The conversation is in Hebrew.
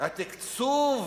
התקצוב